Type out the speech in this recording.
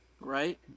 right